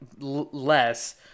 less